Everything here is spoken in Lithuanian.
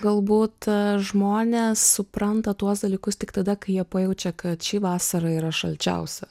galbūt žmonės supranta tuos dalykus tik tada kai jie pajaučia kad ši vasara yra šalčiausia